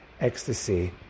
ecstasy